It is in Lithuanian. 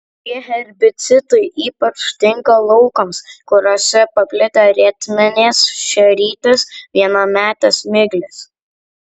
šie herbicidai ypač tinka laukams kuriuose paplitę rietmenės šerytės vienametės miglės